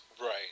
Right